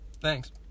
Thanks